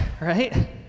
right